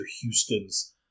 Houston's